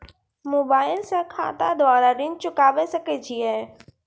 Mobile से खाता द्वारा ऋण चुकाबै सकय छियै?